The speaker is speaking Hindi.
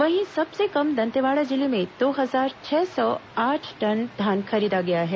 वहीं सबसे कम दंतेवाड़ा जिले में दो हजार छह सौ आठ टन धान खरीदा गया है